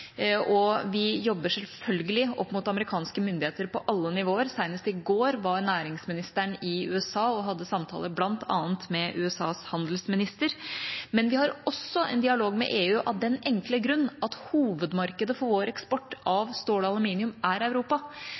og vi jobber selvfølgelig opp mot amerikanske myndigheter på alle nivåer. Senest i går var næringsministeren i USA og hadde samtaler bl.a. med USAs handelsminister. Men vi har også en dialog med EU, av den enkle grunn at hovedmarkedet for vår eksport av stål og aluminium er Europa.